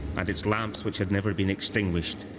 and its lamps, which had never been extinguished,